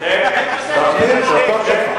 תמתין לתור שלך.